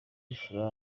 fla